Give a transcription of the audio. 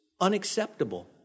unacceptable